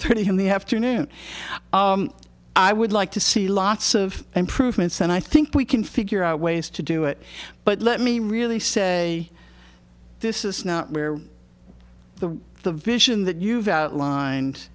thirty in the afternoon i would like to see lots of improvements and i think we can figure out ways to do it but let me really say this is not where the the vision that you've outlined